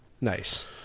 nice